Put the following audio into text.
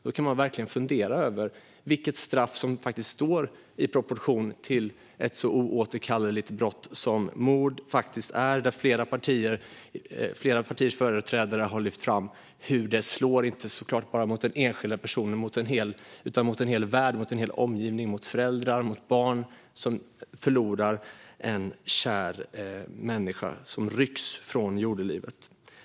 Då kan man verkligen fundera över vilket straff som faktiskt står i proportion till ett så oåterkalleligt brott som mord. Flera partiers företrädare har lyft fram hur det slår inte bara mot den enskilde personen utan mot en hel värld och en hel omgivning och mot föräldrar och barn, som förlorar en kär människa som rycks från jordelivet.